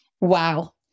Wow